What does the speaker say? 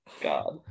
God